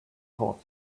taught